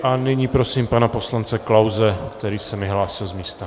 A nyní prosím pana poslance Klause, který se mi hlásil z místa.